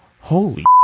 Holy